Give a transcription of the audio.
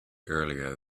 earlier